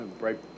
right